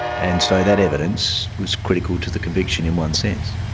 and so that evidence was critical to the conviction in one sense.